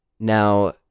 Now